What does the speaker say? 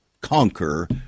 conquer